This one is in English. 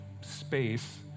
space